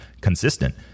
consistent